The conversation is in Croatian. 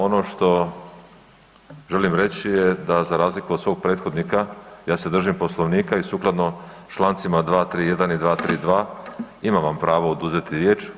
Ono što želim reći da za razliku od svog prethodnika ja se držim Poslovnika i sukladno člancima 231. i 232. imam vam pravo oduzeti riječ.